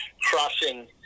crossing